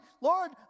Lord